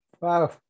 wow